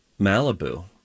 Malibu